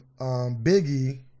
Biggie